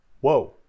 Whoa